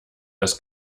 das